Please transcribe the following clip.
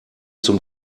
zum